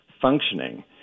functioning